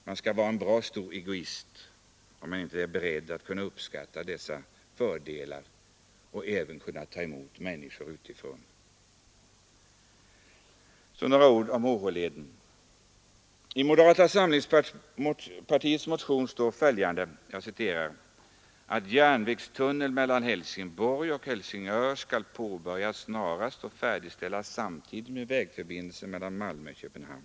Man skall vara en bra stor egoist om man inte är beredd att kunna uppskatta dessa fördelar och även kunna ta emot människor utifrån. Några ord om HH-tunneln. I moderata samlingspartiets motion står ”att järnvägstunneln mellan Helsingborg och Helsingör skall påbörjas snarast och färdigställas samtidigt med vägförbindelsen mellan Malmö och Köpenhamn”.